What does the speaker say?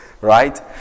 Right